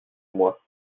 moi